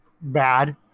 bad